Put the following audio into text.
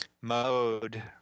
mode